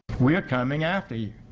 we are coming after you.